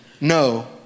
No